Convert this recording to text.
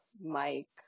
Mike